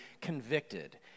convicted